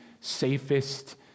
safest